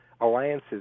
alliances